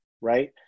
right